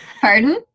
pardon